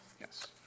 Yes